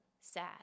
sad